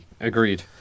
Agreed